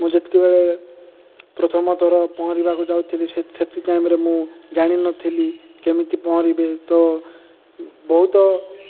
ମୁଁ ଯେତିକବେଳେ ପ୍ରଥମଥର ପହଁରିବାକୁ ଯାଉଥିଲି ସେତି ଟାଇମରେ ମୁଁ ଜାଣିନଥିଲି କେମିତି ପହଁରିବେ ତ ବହୁତ